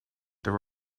there